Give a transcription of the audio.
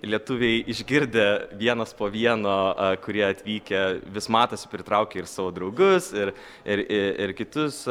lietuviai išgirdę vienas po vieno kurie atvykę vis matos pritraukia ir savo draugus ir ir ir ir kitus